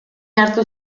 hartu